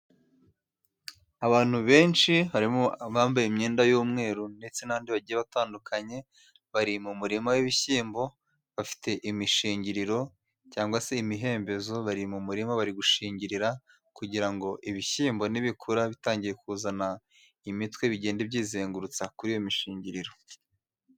Abantu benshi harimo abambaye imyenda y'umweru ndetse n'andi bagiye batandukanye, bari mu murima w'ibishyimbo bafite imishingiriro cyangwa se imihembezo. Bari mu murima bari gushingirira kugira ngo ibishyimbo nibikura bitangiye kuzana imitwe bigenda byizengurutsa kuri iyo mishingiriro.